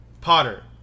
Potter